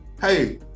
hey